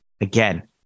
Again